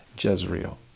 Jezreel